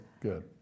good